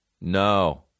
no